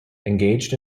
engaged